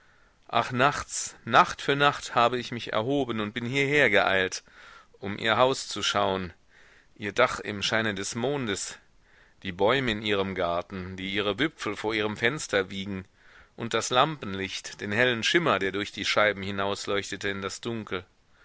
ach nachts nacht für nacht habe ich mich erhoben und bin hierher geeilt um ihr haus zu schauen ihr dach im scheine des mondes die bäume in ihrem garten die ihre wipfel vor ihrem fenster wiegen und das lampenlicht den hellen schimmer der durch die scheiben hinausleuchtete in das dunkel